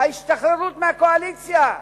ההשתחררות מהקואליציה,